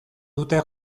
dute